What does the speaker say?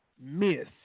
miss